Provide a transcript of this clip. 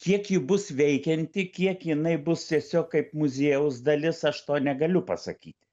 kiek ji bus veikianti kiek jinai bus tiesiog kaip muziejaus dalis aš to negaliu pasakyti